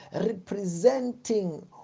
representing